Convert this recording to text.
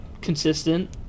consistent